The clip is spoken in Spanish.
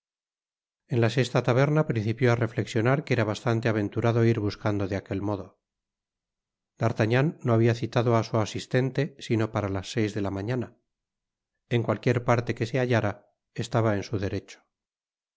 en la sesta taberna principió á reflexionar que era bastante aventurado ir buscando de aquel modo d'artagnan no habia citado á su asistente sino para las seis de la mañana en cualquiera parte qúe se hallára estaba en su derecho